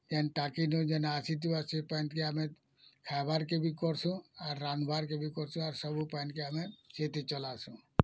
ଯେନ୍ ଟାଙ୍କିନୁ ଯେନ୍ତା ଆସିଥିବା ସେ ପାନ୍କେ ଆମେ ଖାଇବାର କେ ବି କରସୁ ଆର ରାନ୍ଧବାରକେ ବି କରସୁ ଆର ସବୁ ପାନ୍କେ ଆମେ କ୍ଷେତ୍ ଚଲାସୁ